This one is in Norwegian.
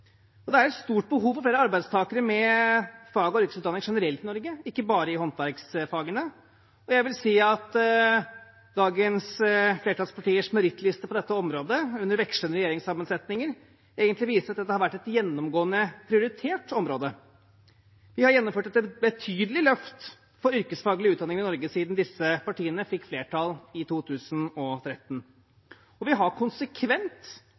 og det er et stort behov for flere arbeidstakere med fag- og yrkesutdanning generelt i Norge, ikke bare i håndverksfagene. Jeg vil si at dagens flertallspartiers merittliste på dette området, under vekslende regjeringssammensetninger, egentlig viser at dette har vært et gjennomgående prioritert område. Vi har gjennomført et betydelig løft for yrkesfaglig utdanning i Norge siden disse partiene fikk flertall i 2013, og vi har konsekvent